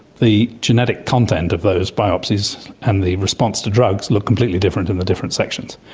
the genetic content of those biopsies and the response to drugs look completely different in the different sections.